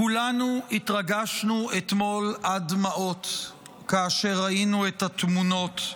כולנו התרגשנו אתמול עד דמעות כאשר ראינו את התמונות.